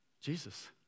Jesus